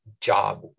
job